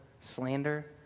slander